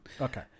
Okay